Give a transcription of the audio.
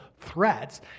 threats